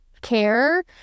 care